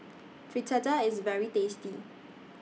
Fritada IS very tasty